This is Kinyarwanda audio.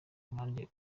abandi